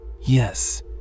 Yes